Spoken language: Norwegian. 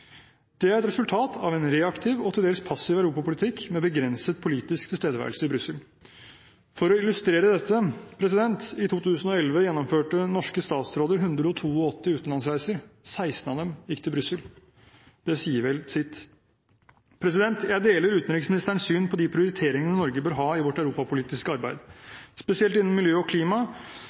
Det er et resultat av en reaktiv og til dels passiv europapolitikk med begrenset politisk tilstedeværelse i Brussel. For å illustrere dette: I 2011 gjennomførte norske statsråder 182 utenlandsreiser, 16 av dem gikk til Brussel. Det sier vel sitt. Jeg deler utenriksministerens syn på de prioriteringene Norge bør ha i vårt europapolitiske arbeid. Spesielt innen miljø og klima